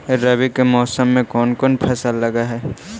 रवि के मौसम में कोन कोन फसल लग है?